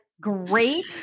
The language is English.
great